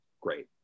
great